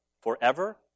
forever